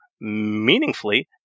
meaningfully